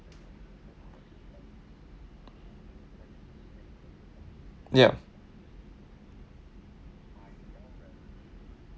yup